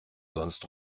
sonst